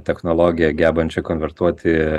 technologiją gebančią konvertuoti